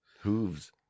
hooves